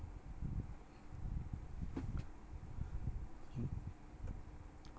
you